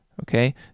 Okay